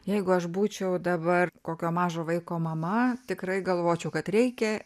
jeigu aš būčiau dabar kokio mažo vaiko mama tikrai galvočiau kad reikia